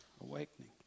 awakening